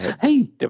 Hey